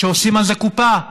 שעושים על זה קופה.